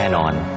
and on